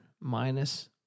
minus